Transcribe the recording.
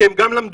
כי הם גם למדו,